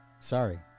Sorry